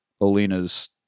Olina's